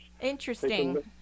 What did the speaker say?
Interesting